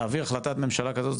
להביא החלטת ממשלה כזאת,